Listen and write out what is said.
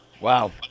Wow